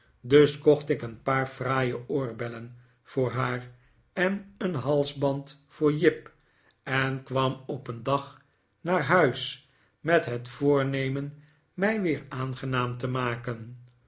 dus kocht ik een paar fraaie oorbellen voor haar en een halsband voor jip en kwam op een dag naar huis met het voornemen mij weer aangenaam te maken